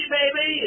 baby